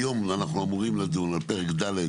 היום אנחנו אמורים לדון על פרק ד'